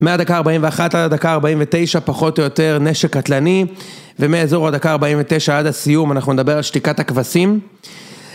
מהדקה ה-41 עד הדקה ה-49 פחות או יותר נשק קטלני ומאזור הדקה ה-49 עד הסיום אנחנו נדבר על שתיקת הכבשים.